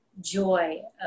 joy